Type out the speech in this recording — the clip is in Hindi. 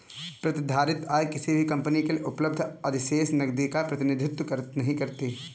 प्रतिधारित आय किसी कंपनी के लिए उपलब्ध अधिशेष नकदी का प्रतिनिधित्व नहीं करती है